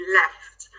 left